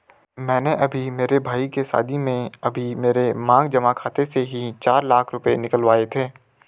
मैंने अभी मेरे भाई के शादी में अभी मेरे मांग जमा खाते से ही चार लाख रुपए निकलवाए थे